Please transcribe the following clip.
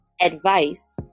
advice